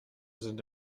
sind